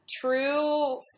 true